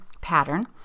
pattern